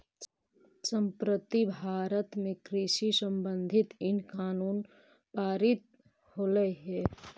संप्रति भारत में कृषि संबंधित इन कानून पारित होलई हे